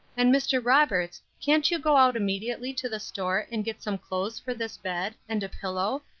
and mr. roberts, can't you go out immediately to the store and get some clothes for this bed, and a pillow,